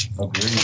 Agreed